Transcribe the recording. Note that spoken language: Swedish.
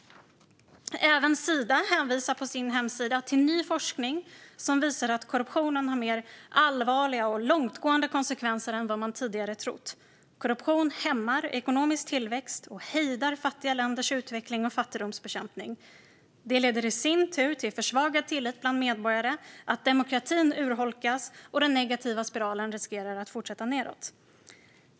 Även Sida hänvisar på sin hemsida till ny forskning som visar att korruptionen har mer allvarliga och långtgående konsekvenser än vad man tidigare trott. Korruption hämmar ekonomisk tillväxt och hejdar fattiga länders utveckling och fattigdomsbekämpning. Det leder i sin tur till försvagad tillit bland medborgare, till att demokratin urholkas och till att den negativa spiralen riskerar att fortsätta nedåt.